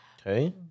Okay